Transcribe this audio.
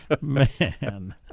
Man